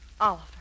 Oliver